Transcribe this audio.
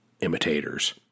imitators